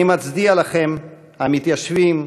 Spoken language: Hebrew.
אני מצדיע לכם, המתיישבים המגורשים,